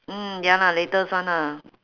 mm ya lah latest one lah